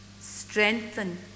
Strengthen